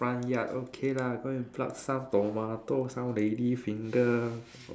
front yard okay lah go and pluck some tomatoes some lady finger